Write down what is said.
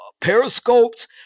periscopes